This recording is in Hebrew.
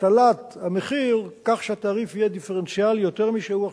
הטלת המחיר כך שהמחיר יהיה דיפרנציאלי יותר משהוא עכשיו.